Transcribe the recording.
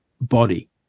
body